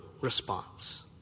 response